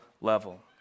level